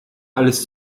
alles